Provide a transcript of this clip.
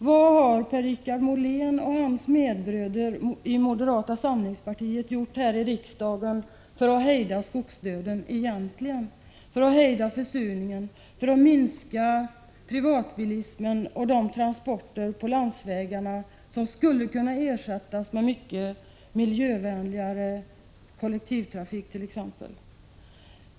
Vad har Per-Richard Molén och hans medbröder i moderata samlingspartiet egentligen gjort här i riksdagen för att hejda skogsdöden, för att hejda försurningen, för att minska privatbilismen och de transporter på landsvägarna som skulle kunna ersättas med mycket miljövänligare kollektivtrafik t.ex.?